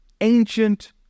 ancient